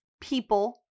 people